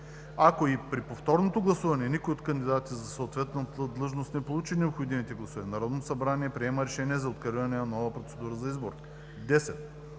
Ако и при повторното гласуване никой от кандидатите за съответната длъжност не получи необходимите гласове, Народното събрание приема решение за откриване на нова процедура за избор. 10.